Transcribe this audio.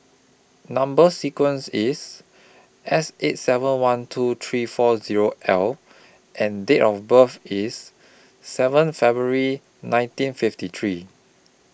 Number sequence IS S eight seven one two three four Zero L and Date of birth IS seven February nineteen fifty three